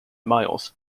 miles